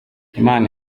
imana